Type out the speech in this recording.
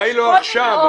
יש כל מיני אופציות --- לא,